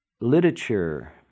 literature